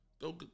Go